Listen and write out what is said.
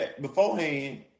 beforehand